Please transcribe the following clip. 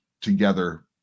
together